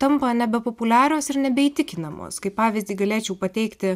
tampa nebepopuliarios ir nebeįtikinamos kaip pavyzdį galėčiau pateikti